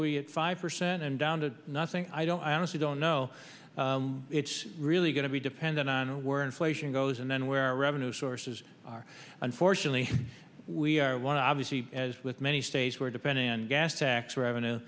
update at five percent and down to nothing i don't i honestly don't know it's really going to be dependent on where inflation goes and then where our revenue sources are unfortunately we are one obviously as with many states where depending on gas tax revenue